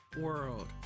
world